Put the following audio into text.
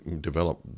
develop